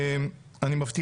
זאת אומרת,